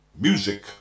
Music